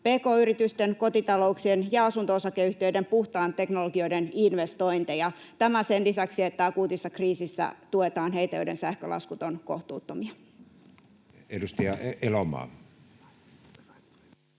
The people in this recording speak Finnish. pk-yritysten, kotitalouksien ja asunto-osakeyhtiöiden puhtaan teknologian investointeja — tämä sen lisäksi, että akuutissa kriisissä tuetaan heitä, joiden sähkölaskut ovat kohtuuttomia. [Speech 166]